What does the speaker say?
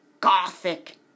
Gothic